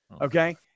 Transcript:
Okay